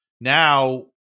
now